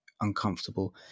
uncomfortable